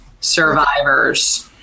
survivors